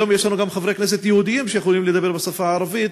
היום יש לנו גם חברי כנסת יהודים שיכולים לדבר בשפה הערבית,